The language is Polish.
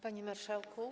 Panie Marszałku!